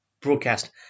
broadcast